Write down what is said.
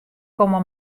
komme